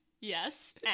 yes